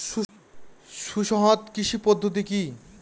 সুসংহত কৃষি পদ্ধতি কি?